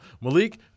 Malik